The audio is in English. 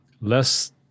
less